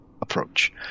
approach